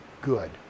good